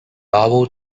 owl